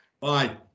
Bye